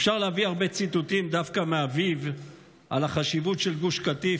אפשר להביא הרבה ציטוטים דווקא מאביו על החשיבות של גוש קטיף